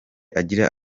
agira